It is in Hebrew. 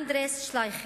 אנדריאס שלייכר,